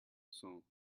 cent